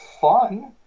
fun